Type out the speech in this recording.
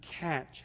catch